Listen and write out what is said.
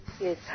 Yes